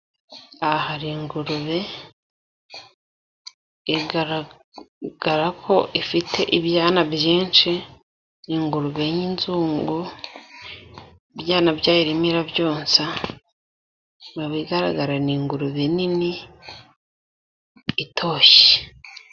Aha hari ingurube igaragarako ifite ibyana byinshi, ingurube y'inzungu ibyana byayo irimo irabyonsa, mubigaragara ni ingurube nini itoshye.